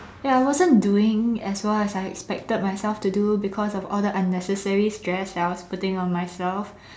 ya I wasn't doing as well as I expected myself to do because of all the unnecessary stress that I was putting on myself